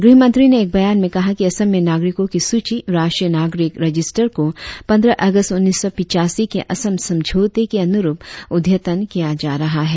गृहमंत्री ने एक बयान में कहा कि असम में नागरिकों की सूची राष्ट्रीय नागरिक रजिस्टर को पंद्रह अगस्त उन्नीस सौ पिच्चासी के असम समझौते के अन्रुप अद्यतन किया जा रहा है